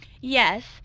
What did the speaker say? Yes